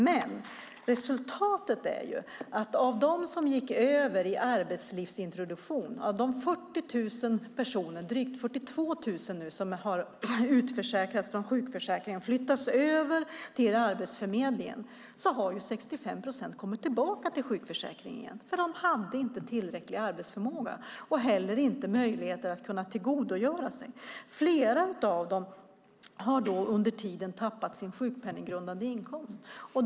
Men resultatet är att av de nu drygt 42 000 som har gått över i arbetslivsintroduktion, utförsäkrats från sjukförsäkringen och flyttats över till Arbetsförmedlingen, har 65 procent kommit tillbaka till sjukförsäkringen för att de inte hade tillräcklig arbetsförmåga. Flera av dem har under tiden tappat sin sjukpenninggrundande inkomst.